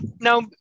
now